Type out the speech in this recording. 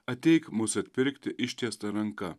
ateik mus atpirkti ištiesta ranka